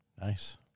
Nice